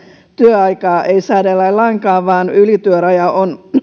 työaikaa ei säädellä lainkaan vaan ylityöraja on